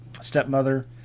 stepmother